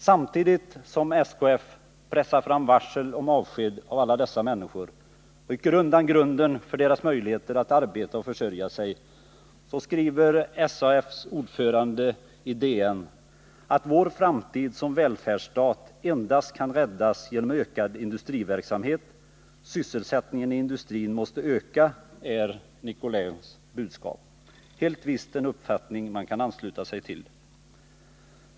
Samtidigt som SKF pressar fram varsel om avsked av alla dessa människor, rycker undan grunden för deras möjligheter att arbeta och försörja sig, skriver SAF:s ordförande i DN att vår framtid som välfärdsstat endast kan räddas genom ökad industriverksamhet, sysselsättningen i industrin måste öka, är Nicolins budskap. Helt visst en uppfattning man kan ansluta sig till.